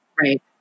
Right